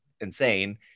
insane